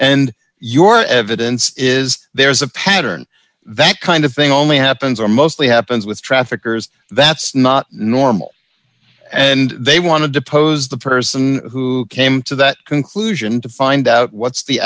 and your evidence is there's a pattern that kind of thing only happens or mostly happens with traffickers that's not normal and they want to depose the person who came to that conclusion to find out what's the